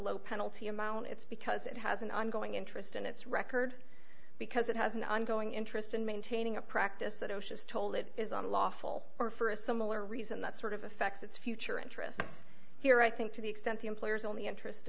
low penalty amount it's because it has an ongoing interest in its record because it has an ongoing interest in maintaining a practice that osha's told it is unlawful or for a similar reason that sort of affects its future interests here i think to the extent the employer's only interest